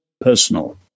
personal